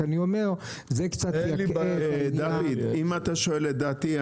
רק אני אומר זה קצת -- אם אתה שואל לדעתי,